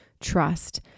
trust